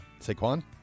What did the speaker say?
Saquon